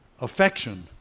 affection